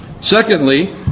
Secondly